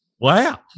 Wow